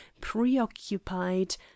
preoccupied